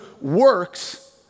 works